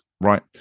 right